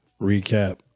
Recap